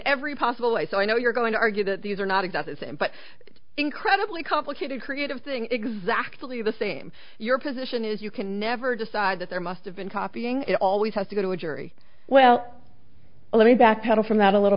every possible way so i know you're going to argue that these are not exact but incredibly complicated creative thing exactly the same your position is you can never decide that there must have been copying it always has to go to a jury well let me backpedal from that a little